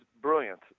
brilliant